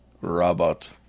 Robot